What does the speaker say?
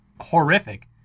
horrific